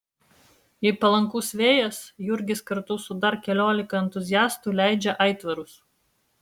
jei palankus vėjas jurgis kartu su dar keliolika entuziastų leidžia aitvarus